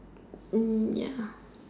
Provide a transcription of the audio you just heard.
Hm ya